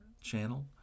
channel